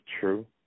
true